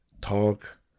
talk